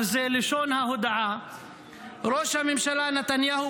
זו לשון ההודעה: ראש הממשלה נתניהו